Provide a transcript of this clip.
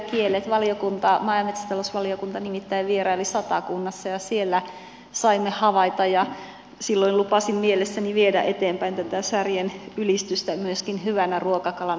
maa ja metsätalousvaliokunta nimittäin vieraili satakunnassa ja siellä saimme havaita ja silloin lupasin mielessäni viedä eteenpäin tätä ylistystä särjestä myöskin hyvänä ruokakalana